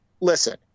listen